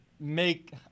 make